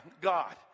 god